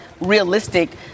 realistic